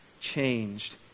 changed